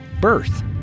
birth